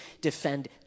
defend